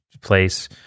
place